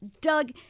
Doug